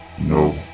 no